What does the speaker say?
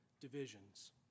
divisions